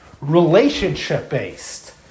relationship-based